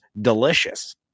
delicious